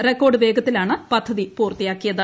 record വേഗത്തിലാണ് പദ്ധതി പൂർത്തിയാക്കിയത്